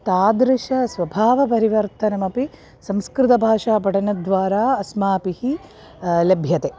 तादृशस्वभावपरिवर्तनमपि संस्कृतभाषापठनद्वारा अस्माभिः लभ्यते